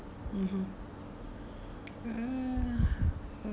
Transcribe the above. (uh huh) uh